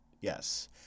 Yes